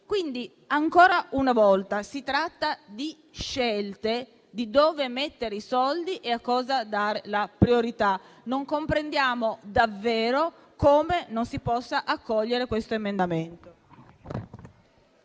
Ancora una volta, si tratta di scegliere dove mettere i soldi e a cosa dare la priorità. Non comprendiamo davvero come non si possa accogliere questo emendamento.